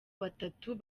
batatu